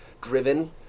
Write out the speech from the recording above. driven